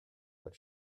but